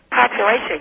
population